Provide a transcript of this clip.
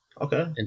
Okay